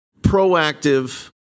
proactive